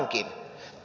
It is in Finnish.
niin onkin